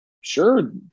sure